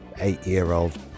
eight-year-old